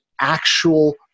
actual